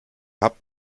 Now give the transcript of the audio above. habt